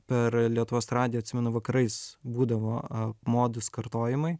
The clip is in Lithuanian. per lietuvos radiją atsimenu vakarais būdavo a modus kartojimai